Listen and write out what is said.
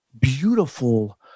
beautiful